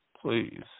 please